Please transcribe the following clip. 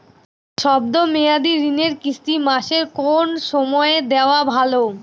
শব্দ মেয়াদি ঋণের কিস্তি মাসের কোন সময় দেওয়া ভালো?